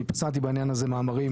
אני ביצעתי בעניין הזה מאמרים